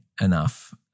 enough